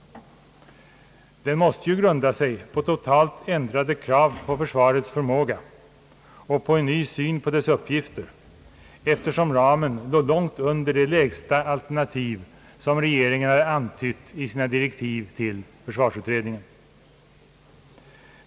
Den måste ju grunda sig på totalt ändrade krav på försvarets förmåga och på en ny syn på dess uppgifter, eftersom ramen går långt under det lägsta alternativ som regeringen antydde i sina direktiv till försvarsutredningen.